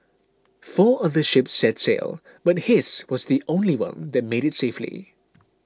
four other ships set sail but his was the only one that made it safely